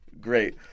great